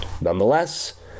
Nonetheless